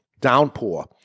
downpour